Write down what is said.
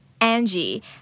Angie